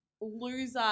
loser